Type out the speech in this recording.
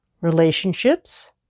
relationships